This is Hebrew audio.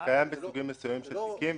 זה קים בסוגים מסוימים של תיקים,